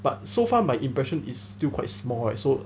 but so far my impression is still quite small right so